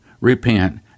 repent